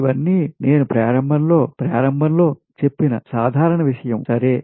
ఇవన్నీ నేను ప్రారంభంలో ప్రారంభంలో చెప్పిన సాధారణ విషయంసరే